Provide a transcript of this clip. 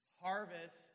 harvest